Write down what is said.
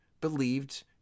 believed